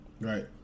Right